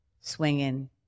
swinging